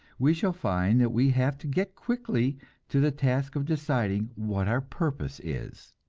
we shall find that we have to get quickly to the task of deciding what our purpose is.